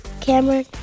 Cameron